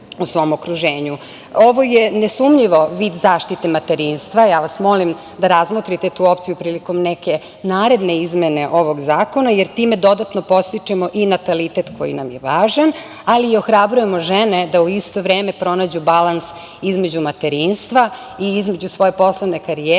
je nesumnjivo vid zaštite materinstva, molim vas da razmotrite tu opciju prilikom neke naredne izmene ovog zakona, jer time dodatno podstičemo i natalitet koji nam je važan, ali i ohrabrujemo žene da u isto vreme pronađu balans između materinstva i između svoje poslovne karijere.